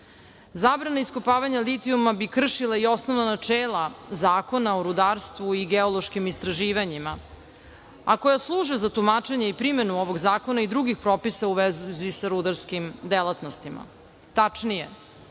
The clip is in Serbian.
Ustava. Zabrana iskopavanja litijuma bi kršila i osnovna načela Zakona o rudarstvu i geološkim istraživanjima, a koja služe za tumačenje i primenu ovog Zakona i drugih propisa u vezi sa rudarskim delatnostima. Tačnije,